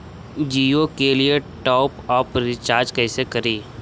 जियो के लिए top up recharge कैसे करी?